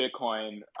Bitcoin